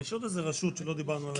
יש עוד רשות שלא דיברנו עליה.